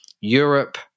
Europe